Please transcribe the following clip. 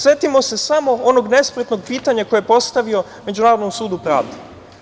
Setimo se samo onog nespretnog pitanja koje je postavio Međunarodnom sudu pravde.